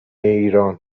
ایران